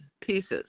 pieces